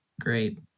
great